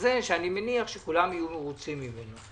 כזה שאני מניח שכולם יהיו מרוצים ממנו.